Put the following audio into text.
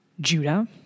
Judah